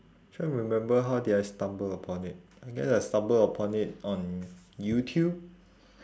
try remember how did I stumble upon it I guess I stumble upon it on youtube